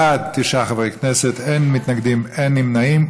בעד, תשעה חברי כנסת, אין מתנגדים ואין נמנעים.